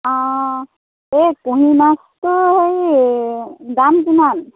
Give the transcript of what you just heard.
অঁ এই কুঢ়ি মাছটো হেৰি দাম কিমান